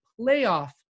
playoff